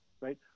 right